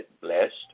blessed